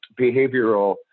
behavioral